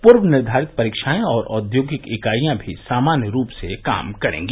पूर्व निर्धारित परीक्षाएं और औद्योगिक ईकाइया भी सामान्य रूप से काम करेंगी